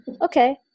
Okay